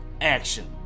action